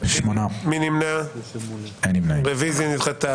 9 נמנעים,